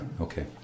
okay